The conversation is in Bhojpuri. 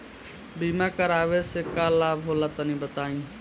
बीमा करावे से का लाभ होला तनि बताई?